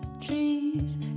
trees